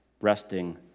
resting